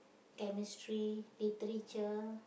chemistry literature